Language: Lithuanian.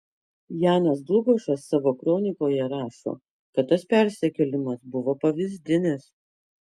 janas dlugošas savo kronikoje rašo kad tas persikėlimas buvo pavyzdinis